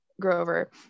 Grover